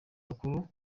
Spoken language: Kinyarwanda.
bakuru